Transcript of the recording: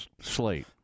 slate